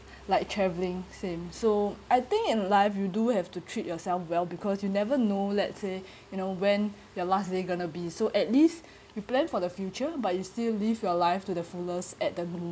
like travelling same so I think in life you do have to treat yourself well because you never know let say you know when your last day gonna be so at least you plan for the future but you still live your life to the fullest at the